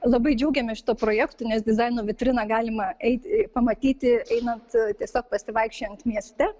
labai džiaugiamės šituo projektu nes dizaino vitriną galima eit pamatyti einant tiesiog pasivaikščiojant mieste